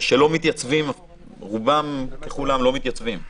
שרובם ככולם לא מתייצבים.